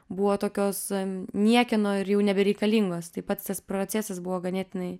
buvo tokios niekieno ir jau nebereikalingos tai pats procesas buvo ganėtinai